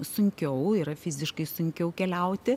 sunkiau yra fiziškai sunkiau keliauti